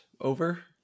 over